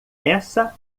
essa